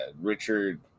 Richard